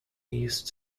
east